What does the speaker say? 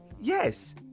Yes